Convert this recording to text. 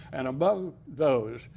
and above those,